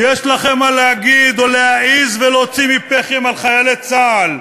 יש לכם מה להגיד או להעז ולהוציא מפיכם על חיילי צה"ל?